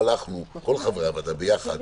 ככל הנראה במסגרת החקירה בתחנות המשטרה,